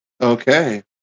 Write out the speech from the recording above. Okay